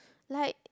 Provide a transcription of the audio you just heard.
like